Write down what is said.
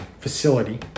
facility